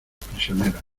prisioneras